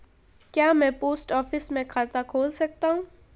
क्या मैं post office में खाता खोल सकता हूँ?